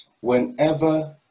whenever